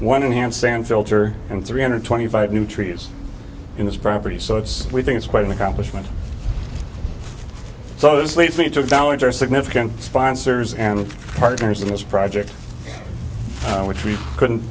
one in hand sand filter and three hundred twenty five new trees in this property so it's we think it's quite an accomplishment so this leads me to balance our significant sponsors and partners in this project which we couldn't